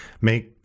make